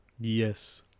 yes